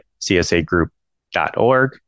csagroup.org